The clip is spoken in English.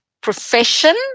profession